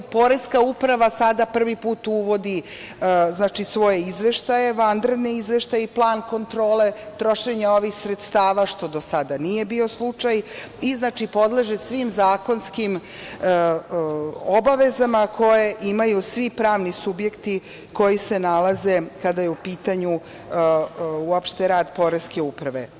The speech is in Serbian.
Poreska uprava sada upravo prvi put uvodi svoje izveštaje, vanredne izveštaje i plan kontrole trošenja ovih sredstava, što do sada nije bio slučaj i podleže svim zakonskim obavezama koje imaju svi pravni subjekti koji se nalaze, kada je u pitanju uopšte rad poreske uprave.